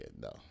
no